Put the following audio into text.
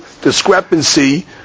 discrepancy